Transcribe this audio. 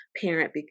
parent